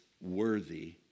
worthy